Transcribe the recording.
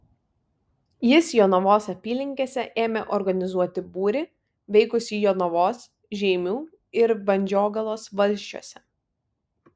jis jonavos apylinkėse ėmė organizuoti būrį veikusį jonavos žeimių ir vandžiogalos valsčiuose